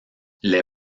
les